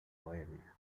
bohemia